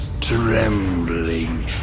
trembling